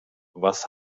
was